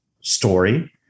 story